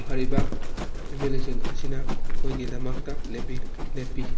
ꯐꯔꯤꯕ M L ꯑꯦꯁꯤꯡ ꯑꯁꯤꯅ ꯑꯩꯈꯣꯏꯒꯤꯗꯃꯛꯇ ꯂꯦꯞꯄꯤ